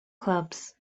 clubs